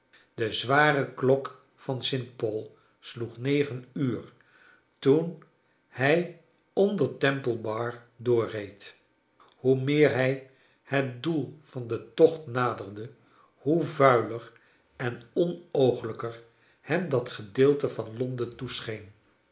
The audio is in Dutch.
de zware klok van st paul sloeg negen uur toen hrj onder temple bar doorreed hoe meer hij het doel van den tocht naderde hoe vuiler en onooglijker hem dat gedeelte van londen